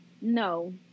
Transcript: No